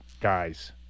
guys